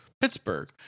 Pittsburgh